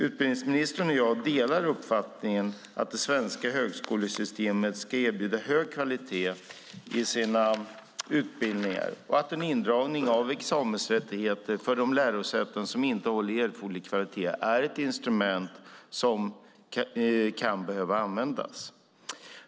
Utbildningsministern och jag delar uppfattningen att det svenska högskolesystemet ska erbjuda hög kvalitet i sina utbildningar och att en indragning av examensrättigheter för de lärosäten som inte håller erforderlig kvalitet är ett instrument som kan behöva användas.